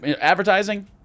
advertising